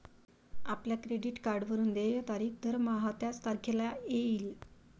आपल्या क्रेडिट कार्डवरून देय तारीख दरमहा त्याच तारखेला येईल